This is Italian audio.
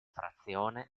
frazione